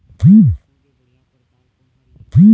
सरसों के बढ़िया परकार कोन हर ये?